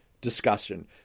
discussion